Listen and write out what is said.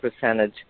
percentage